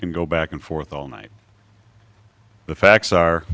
can go back and forth all night the facts are